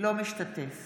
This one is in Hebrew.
אינו משתתף